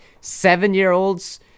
seven-year-olds